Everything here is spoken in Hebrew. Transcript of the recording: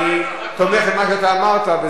אני רוצה לשמוע אותך.